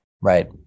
right